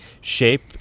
shape